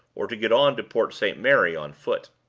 or to get on to port st. mary on foot.